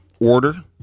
order